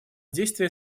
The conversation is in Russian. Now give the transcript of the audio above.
действия